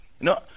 No